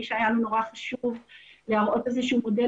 מי שהיה לו חשוב להראות איזשהו מודל,